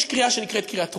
יש קריאה שנקראת קריאה טרומית,